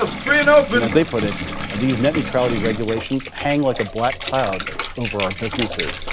ah free and open. as they put it these net neutrality regulations hang like a black cloud over our businesses.